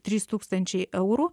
trys tūkstančiai eurų